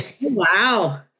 Wow